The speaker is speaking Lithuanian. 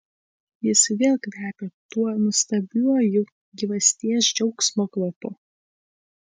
jis vėl kvepia tuo nuostabiuoju gyvasties džiaugsmo kvapu